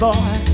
Boy